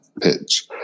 pitch